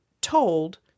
told